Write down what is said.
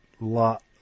lot